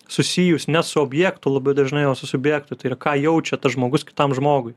susijus ne su objektų labai dažnai jau su subjektų tai yra ką jaučia tas žmogus kitam žmogui